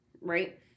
right